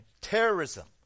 terrorism